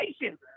patient